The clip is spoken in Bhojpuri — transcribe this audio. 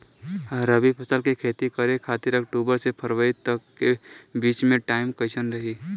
रबी फसल के खेती करे खातिर अक्तूबर से फरवरी तक के बीच मे टाइम कैसन रही?